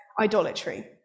idolatry